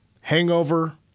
hangover